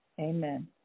Amen